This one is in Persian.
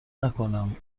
نکنم